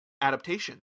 adaptation